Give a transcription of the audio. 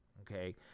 Okay